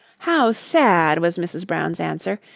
how sad, was mrs. brown's answer,